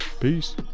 peace